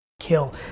kill